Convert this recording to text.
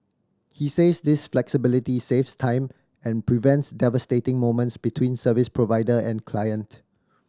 he says this flexibility saves time and prevents devastating moments between service provider and client